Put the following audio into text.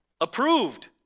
Approved